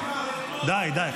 --- די, די,